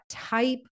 Type